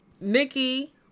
Nikki